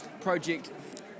project